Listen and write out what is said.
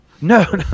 No